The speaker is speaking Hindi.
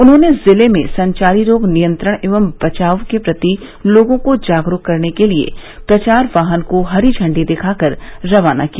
उन्होंने जिले में संचारी रोग नियंत्रण एवं बचाव के प्रति लोगों को जागरूक करने के लिये प्रचार वाहन को हरी झण्डी दिखाकर रवाना किया